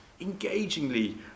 engagingly